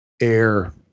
air